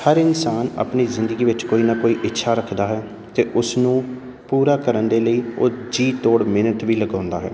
ਹਰ ਇਨਸਾਨ ਆਪਣੀ ਜ਼ਿੰਦਗੀ ਵਿੱਚ ਕੋਈ ਨਾ ਕੋਈ ਇੱਛਾ ਰੱਖਦਾ ਹੈ ਅਤੇ ਉਸਨੂੰ ਪੂਰਾ ਕਰਨ ਦੇ ਲਈ ਉਹ ਜੀ ਤੋੜ ਮਿਹਨਤ ਵੀ ਲਗਾਉਂਦਾ ਹੈ